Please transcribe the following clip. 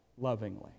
lovingly